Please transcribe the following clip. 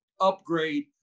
upgrade